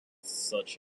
such